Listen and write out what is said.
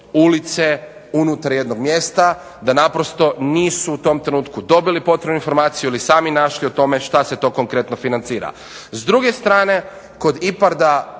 ulice unutar jednog mjesta, da naprosto nisu u tom trenutku dobili potrebnu informaciju ili sami našli o tome šta se to konkretno financira. S druge strane, kod IPARD-a